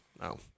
no